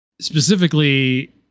specifically